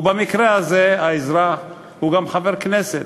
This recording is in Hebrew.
ובמקרה הזה האזרח הוא גם חבר כנסת,